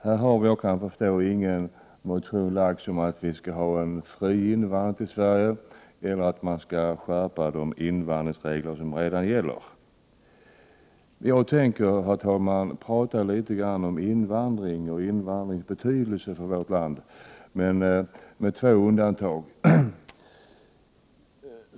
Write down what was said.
Herr talman! När jag såg rubriken på det här betänkandet, nämligen Invandring, väntade jag mig en debatt om just invandring. När man sedan läser betänkandet och de olika reservationerna förstår man att betänkandet i stort enbart handlar om flyktingpolitik. Vad jag förstår har ingen motion väckts om fri invandring till Sverige eller att man skall skärpa de invandringsregler som redan gäller. Herr talman! Jag tänker tala litet grand om invandring och invandringens betydelse i vårt land, med undantag för två punkter.